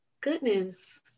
goodness